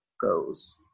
goes